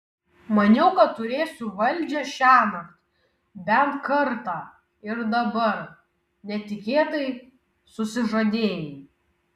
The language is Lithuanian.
maniau kad turėsiu valdžią šiąnakt bent kartą ir dabar netikėtai susižadėjai